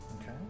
Okay